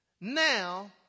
now